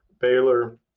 Baylor